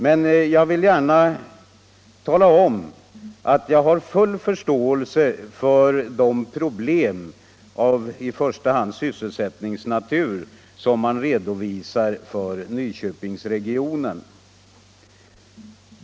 Jag vill emellertid gärna tala om att jag har full förståelse för de problem av i första hand sysselsättningsnatur som man redovisar för Nyköpingsregionen.